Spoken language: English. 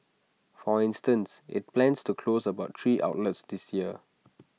for instance IT plans to close about three outlets this year